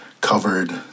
covered